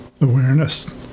awareness